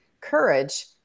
courage